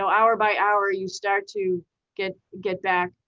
so hour by hour, you start to get get back.